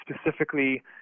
specifically